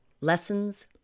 lessons